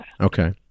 Okay